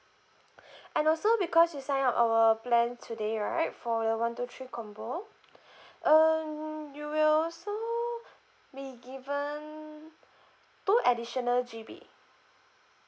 and also because you sign up our plan today right for the one two three combo um you will also be given two additional G_B